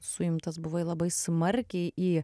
suimtas buvo labai smarkiai į